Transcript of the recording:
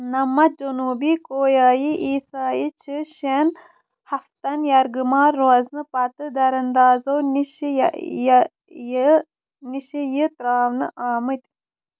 نَمَتھ جنوٗبی كویایی عیٖسایہِ چھِ شٮ۪ن ہَفتَن یَرغٕمال روزنہٕ پَتہٕ دَراَندازو نِشہِ یہِ نِشہِ یہِ ترٛاونہٕ آمٕتۍ